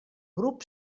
grup